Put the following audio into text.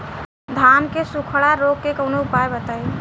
धान के सुखड़ा रोग के कौनोउपाय बताई?